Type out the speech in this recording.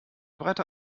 breite